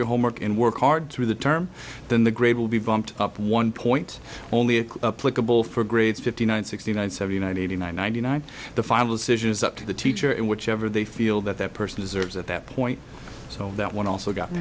your homework and work hard through the term then the grade will be bumped up one point only if political for grades fifty nine sixty nine seventy nine eighty nine ninety nine the final decision is up to the teacher in whichever they feel that that person deserves at that point so that one also got